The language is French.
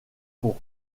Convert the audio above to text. pour